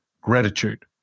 gratitude